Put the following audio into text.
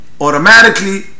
automatically